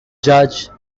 judge